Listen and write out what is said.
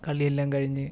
കളിയെല്ലാം കഴിഞ്ഞ്